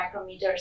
micrometers